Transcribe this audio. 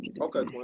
okay